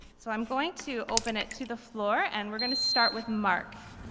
so i'm going to open it to the floor and we're going to start with mark.